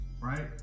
right